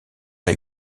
est